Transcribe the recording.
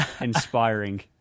inspiring